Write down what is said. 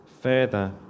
further